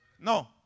No